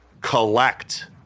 collect